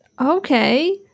Okay